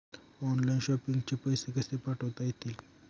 Online shopping चे पैसे कसे पाठवता येतील?